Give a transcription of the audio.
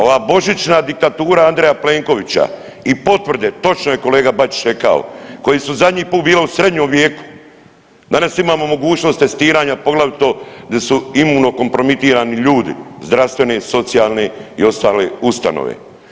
Ova božićna diktatura Andreja Plenković i potvrde, točno je kolega Bačić rekao, koji su zadnji put bile u srednjem vijeku, danas imamo mogućnost testiranja, poglavito gdje su imuno kompromitirani ljudi zdravstvene, socijalne i ostale ustanove.